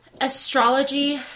Astrology